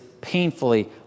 painfully